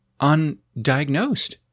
undiagnosed